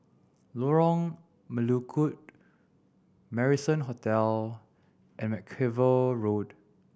Lorong Melukut Marrison Hotel and Mackerrow Road